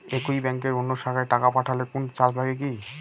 একই ব্যাংকের অন্য শাখায় টাকা পাঠালে কোন চার্জ লাগে কি?